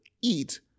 eat